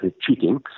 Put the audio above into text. cheating